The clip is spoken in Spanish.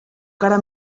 cara